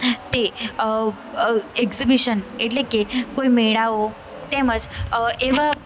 તે એક્ઝિબિશન એટલે કે કોઈ મેળાઓ તેમજ એવા